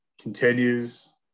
continues